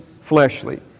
fleshly